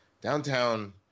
downtown